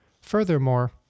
Furthermore